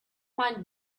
mind